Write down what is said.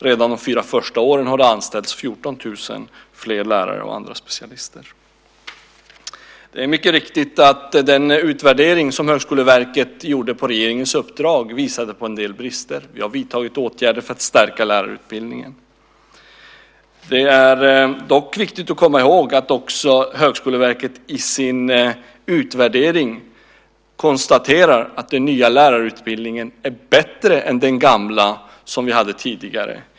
Redan de första fyra åren har det anställts 14 000 fler lärare och andra specialister. Det är mycket riktigt att den utvärdering som Högskoleverket gjorde på regeringens uppdrag visade på en del brister. Vi har vidtagit åtgärder för att stärka lärarutbildningen. Det är dock viktigt att komma ihåg att Högskoleverket i sin utvärdering också konstaterar att den nya lärarutbildningen är bättre än den tidigare.